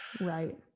Right